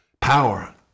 Power